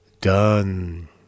done